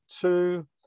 two